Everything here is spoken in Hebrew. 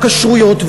והכשרויות.